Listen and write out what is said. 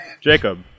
Jacob